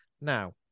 Now